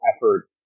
effort